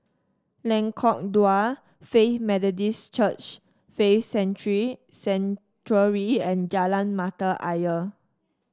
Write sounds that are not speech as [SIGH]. Lengkok Dua Faith Methodist Church Faith [UNINTELLIGIBLE] Sanctuary and Jalan Mata Ayer